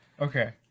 Okay